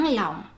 lòng